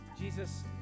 Jesus